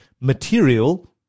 material